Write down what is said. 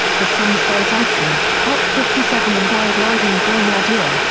the songs belsatzar, op. fifty seven and die beiden grenadiere, ah